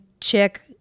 chick